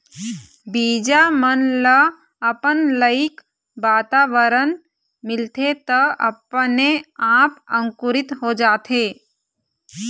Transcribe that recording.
बीजा मन ल अपन लइक वातावरन मिलथे त अपने आप अंकुरित हो जाथे